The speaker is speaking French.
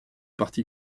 parti